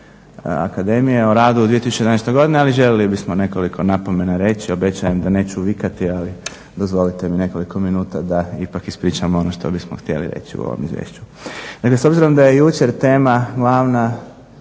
akademije u radu u 2011. godini ali željeli bismo nekoliko napomena reći. Obećanjem da neću vikati ali dozvolite mi nekoliko minuta da ispričam ono što bismo htjeli reći u ovom izvješću. Dakle, s obzirom da je jučer tema glavna